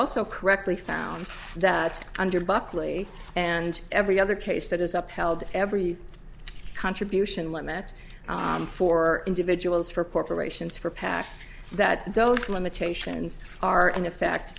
correctly found that under buckley and every other case that is up held every contribution limits for individuals for corporations for pacs that those limitations are in effect